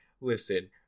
listen